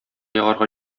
ягарга